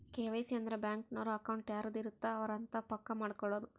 KYC ಅಂದ್ರ bank ನವರು account ಯಾರದ್ ಇರತ್ತ ಅವರೆ ಅಂತ ಪಕ್ಕ ಮಾಡ್ಕೊಳೋದು